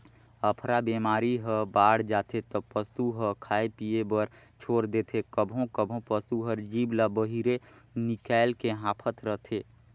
अफरा बेमारी ह बाड़ जाथे त पसू ह खाए पिए बर छोर देथे, कभों कभों पसू हर जीभ ल बहिरे निकायल के हांफत रथे